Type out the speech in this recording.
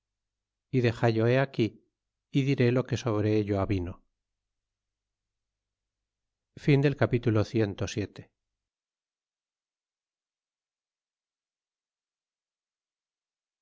y dexallo he aquí y diré lo que sobre ello avino capitulo